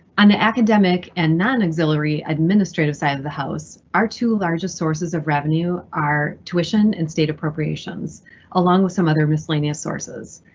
on the academic and non auxiliary administrative side of the house, our two largest sources of revenue are tuition and state appropriations along with some other miscellaneous sources.